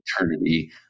eternity